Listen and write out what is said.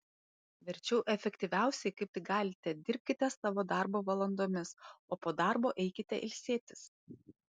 verčiau efektyviausiai kaip tik galite dirbkite savo darbo valandomis o po darbo eikite ilsėtis